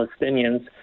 Palestinians